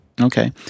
Okay